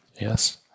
Yes